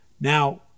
Now